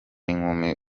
inkumi